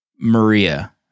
Maria